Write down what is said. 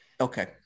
Okay